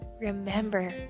Remember